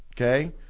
okay